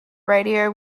radio